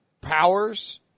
powers